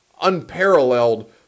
unparalleled